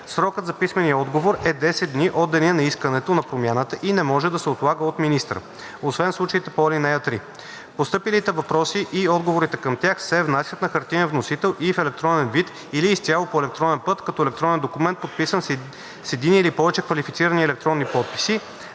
Срокът за писмения отговор е 10 дни от деня на искането на промяната и не може да се отлага от министъра, освен в случаите по ал. 3. Постъпилите въпроси и отговорите към тях се внасят на хартиен носител и в електронен вид или изцяло по електронен път, като електронен документ, подписан с един или повече квалифицирани електронни подписи,